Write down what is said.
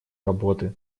работы